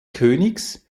königs